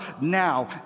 now